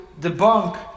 debunk